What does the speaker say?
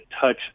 touch